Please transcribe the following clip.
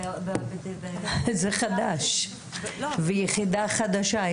זה חדש, ויחידה חדשה.